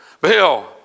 bill